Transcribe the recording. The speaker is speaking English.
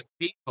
people